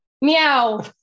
meow